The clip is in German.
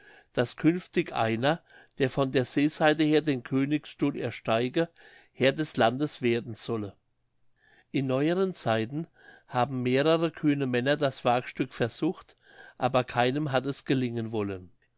daß künftig einer der von der seeseite her den königsstuhl ersteige herr des landes werden solle in neueren zeiten haben mehrere kühne männer das wagestück versucht aber keinem hat es gelingen wollen